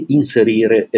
inserire